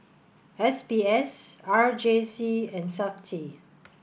S B S R J C and SAFTI